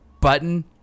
button